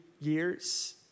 years